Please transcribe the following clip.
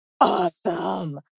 awesome